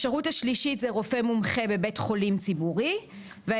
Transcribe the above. (3) זה רופא מומחה בבית חולים ציבורי, ו-(4)